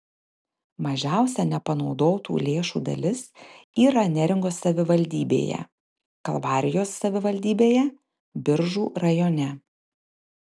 mažiausia nepanaudotų lėšų dalis yra neringos savivaldybėje kalvarijos savivaldybėje biržų rajone